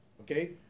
Okay